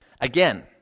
Again